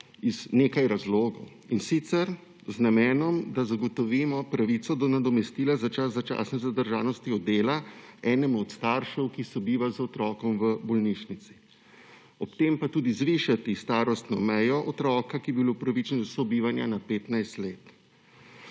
iz nekaj razlogov. In sicer z namenom, da zagotovimo pravico do nadomestila za čas začasne zadržanosti od dela enemu od staršev, ki sobiva z otrokom v bolnišnici, ob tem pa tudi zvišamo starostno mejo otroka, ki bi bil upravičen do sobivanja na 15 let.